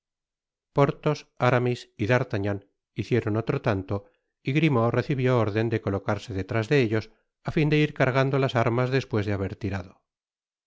porthos aramis y d'artagnan hicieron otro tanto y grimaud recibió orden de colocarse detrás de ellos á fin de ir cargando las armas despues de haber tirado en